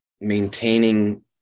maintaining